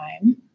time